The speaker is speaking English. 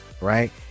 right